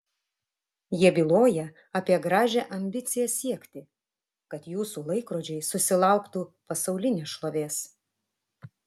jie byloja apie gražią ambiciją siekti kad jūsų laikrodžiai susilauktų pasaulinės šlovės